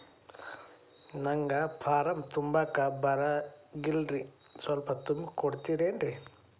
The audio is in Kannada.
ನಂಗ ಫಾರಂ ತುಂಬಾಕ ಬರಂಗಿಲ್ರಿ ಸ್ವಲ್ಪ ತುಂಬಿ ಕೊಡ್ತಿರೇನ್ರಿ?